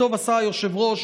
טוב עשה היושב-ראש